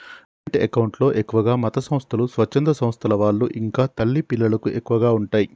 joint account లో ఎక్కువగా మతసంస్థలు, స్వచ్ఛంద సంస్థల వాళ్ళు ఇంకా తల్లి పిల్లలకు ఎక్కువగా ఉంటయ్